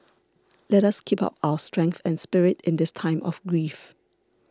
let us keep up our strength and spirit in this time of grief